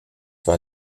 war